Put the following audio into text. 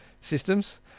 systems